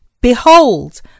Behold